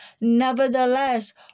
Nevertheless